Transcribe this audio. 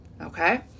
okay